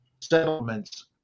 settlements